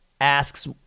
asks